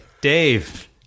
Dave